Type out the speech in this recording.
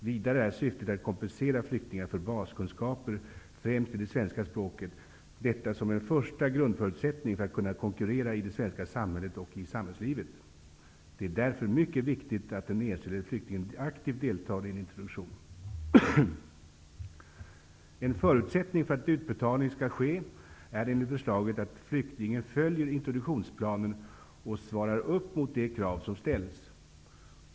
Vidare är syftet att kompensera flyktingar för baskunskaper, främst i det svenska språket -- detta som en första grundförutsättning för att kunna konkurrera i det svenska samhället och i samhällslivet. Det är därför mycket viktigt att den enskilde flyktingen aktivt deltar i en introduktion. En förutsättning för att en utbetalning skall ske är enligt förslaget att flyktingen följer introduktionsplanen och svarar upp mot de krav som ställs.